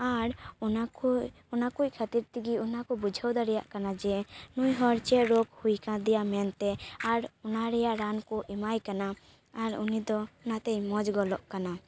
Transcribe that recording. ᱟᱨ ᱚᱱᱟ ᱠᱚ ᱚᱱᱟ ᱠᱚ ᱠᱷᱟᱹᱛᱤᱨ ᱛᱮᱜᱮ ᱚᱱᱟ ᱠᱚ ᱵᱩᱡᱷᱟᱹᱣ ᱫᱟᱲᱮᱭᱟᱜ ᱠᱟᱱᱟ ᱡᱮ ᱱᱩᱭ ᱦᱚᱲ ᱪᱮᱫ ᱨᱳᱜᱽ ᱦᱩᱭ ᱟᱠᱟᱫᱮᱭᱟ ᱢᱮᱱᱛᱮ ᱟᱨ ᱚᱱᱟ ᱨᱮᱭᱟᱜ ᱨᱟᱱ ᱠᱚ ᱮᱢᱟᱭ ᱠᱟᱱᱟ ᱟᱨ ᱩᱱᱤ ᱫᱚ ᱚᱱᱟᱛᱮ ᱢᱚᱡᱽ ᱜᱚᱫᱚᱜ ᱠᱟᱱᱟ